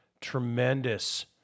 tremendous